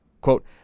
Quote